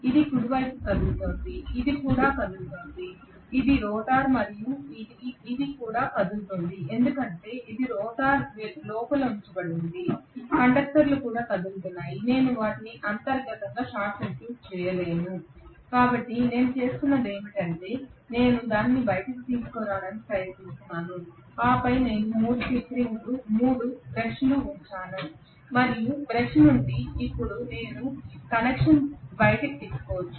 ఇది కుడివైపు కదులుతోంది ఇది కూడా కదులుతోంది ఇది రోటర్ మరియు ఇది కూడా కదులుతోంది ఎందుకంటే ఇది రోటర్ లోపల ఉంచబడింది కండక్టర్లు కూడా కదులుతున్నాయి నేను వాటిని అంతర్గతంగా షార్ట్ సర్క్యూట్ చేయలేను కాబట్టి నేను చేస్తున్నది ఏమిటంటే నేను దానిని బయటకు తీసుకురావడానికి ప్రయత్నిస్తున్నాను ఆపై నేను 3 స్లిప్ రింగులు 3 బ్రష్లు ఉంచాను మరియు బ్రష్ నుండి ఇప్పుడు నేను కనెక్షన్ను బయటికి తీసుకోవచ్చు